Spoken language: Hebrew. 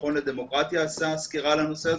שהמכון לדמוקרטיה עשה סקירה על הנושא הזה.